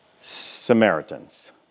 Samaritans